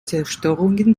zerstörungen